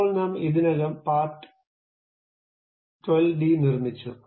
ഇപ്പോൾ നാം ഇതിനകം പാർട്ട് 12 ഡി നിർമ്മിച്ചു